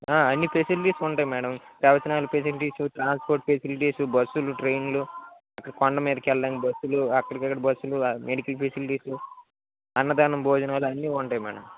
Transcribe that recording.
అన్ని ఫెసిలిటీస్ ఉంటాయి మేడమ్ ప్రవచనాల ఫెసిలిటీసు ట్రాన్స్పోర్ట్ ఫెసిలిటీసు బస్సులు ట్రెయిన్లు అక్కడ కొండ మీదకి వెళ్ళడానికి బస్సులు అక్కడికి ఇక్కడికి బస్సులు అన్ని మెడికిల్ ఫెసిలిటీసు అన్నదానం భోజనాలు అన్నీ ఉంటాయి మేడమ్